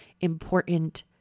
important